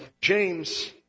James